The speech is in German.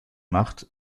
macht